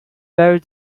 very